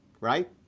Right